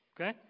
Okay